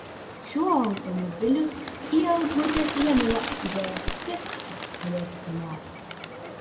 šiuo automobiliu į eglutės įžiebimą atvažiuoja tikras kalėdų senelis